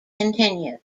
continued